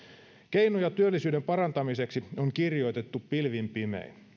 keinoja työllisyyden parantamiseksi on kirjoitettu pilvin pimein